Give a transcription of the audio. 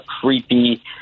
creepy